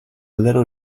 little